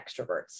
extroverts